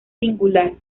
singular